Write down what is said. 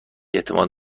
اعتماد